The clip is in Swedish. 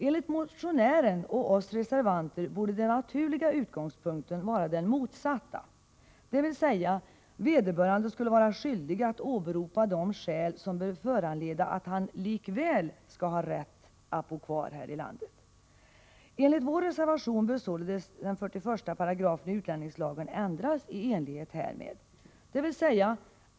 Enligt motionären och oss reservanter borde den naturliga utgångspunkten vara den motsatta, dvs. vederbörande skulle vara skyldig att åberopa de skäl som bör föranleda att han likväl skall ha rätt att bo kvar här. Enligt vår reservation bör således 41 § i utlänningslagen ändras i enlighet härmed.